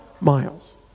miles